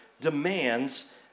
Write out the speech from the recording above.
demands